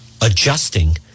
adjusting